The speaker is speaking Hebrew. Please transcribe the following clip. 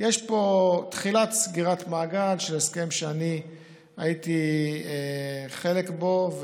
יש פה תחילת סגירת מעגל של הסכם שאני הייתי חלק בו,